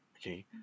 Okay